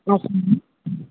okay madam